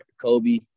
Kobe